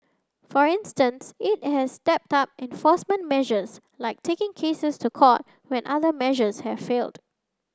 for instance it has stepped up enforcement measures like taking cases to court when other measures have failed